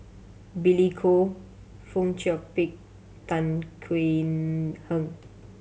Billy Koh Fong Chong Pik Tan Khuan Heng